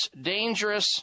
dangerous